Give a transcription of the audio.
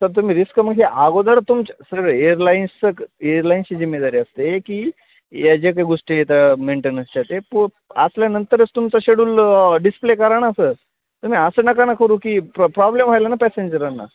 तर तुम्ही रिस्क म्हणजे अगोदर तुमच्या सगळं एअरलाईन्सचं एअरलाईन्सची जिम्मेदारी असते की या ज्या काही गोष्टी आहेत मेंटेन्सच्या ते पू असल्यानंतरच तुमचं शेड्यूल डिस्प्ले करा ना सर तुम्ही असं नका ना करू की प्रॉ प्रॉब्लेम व्हायला ना पॅसेंजरांना